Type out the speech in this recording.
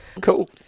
Cool